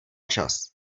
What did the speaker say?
čas